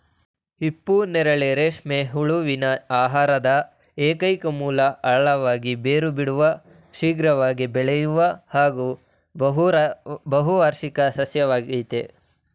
ಹಿಪ್ಪುನೇರಳೆ ರೇಷ್ಮೆ ಹುಳುವಿನ ಆಹಾರದ ಏಕೈಕ ಮೂಲ ಆಳವಾಗಿ ಬೇರು ಬಿಡುವ ಶೀಘ್ರವಾಗಿ ಬೆಳೆಯುವ ಹಾಗೂ ಬಹುವಾರ್ಷಿಕ ಸಸ್ಯವಾಗಯ್ತೆ